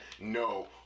No